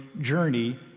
journey